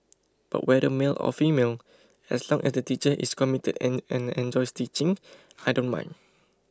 but whether male or female as long as the teacher is committed and and enjoys teaching I don't mind